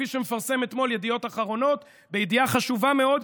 כפי שמפרסם אתמול עיתון ידיעות אחרונות בידיעה חשובה מאוד,